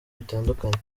bitandukanye